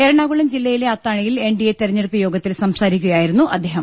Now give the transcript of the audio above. എറണാകുളം ജില്ലയിലെ അത്താണിയിൽ N D A തെരഞ്ഞെടുപ്പ് യോഗത്തിൽ സംസാരിക്കുകയായിരുന്നു അദ്ദേ ഹം